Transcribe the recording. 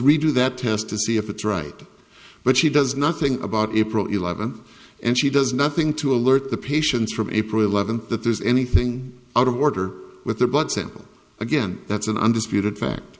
redo that test to see if it's right but she does nothing about april eleventh and she does nothing to alert the patients from april eleventh that there's anything out of order with the blood sample again that's an undisputed fact